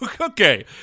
Okay